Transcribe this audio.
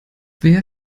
wer